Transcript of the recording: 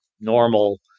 normal